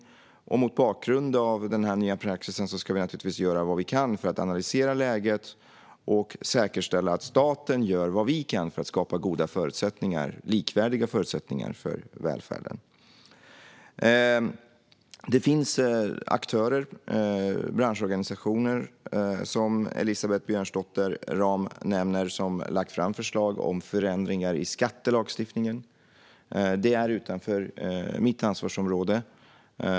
Mot bakgrund av den nya praxisen ska vi naturligtvis göra vad vi kan för att analysera läget och säkerställa att vi i staten gör vad vi kan för att skapa goda och likvärdiga förutsättningar för välfärden. Som Elisabeth Björnsdotter Rahm nämner finns det aktörer, branschorganisationer, som lagt fram förslag om förändringar i skattelagstiftningen. Det är utanför mitt ansvarsområde.